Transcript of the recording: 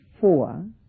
four